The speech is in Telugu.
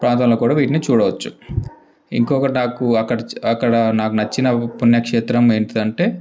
ప్రాంతంలో కూడా వీటిని చూడవచ్చు ఇంకొకటి నాకు అక్కడ చ్ అక్కడ నాకు నచ్చిన పుణ్యక్షేత్రం ఏంటంటే